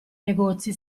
negozi